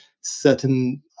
certain